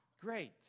Great